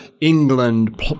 England